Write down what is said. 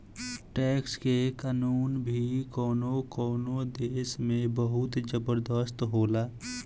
tax के कानून भी कवनो कवनो देश में बहुत जबरदस्त होला